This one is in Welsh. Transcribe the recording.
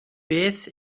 beth